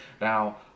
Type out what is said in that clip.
Now